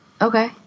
Okay